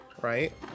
right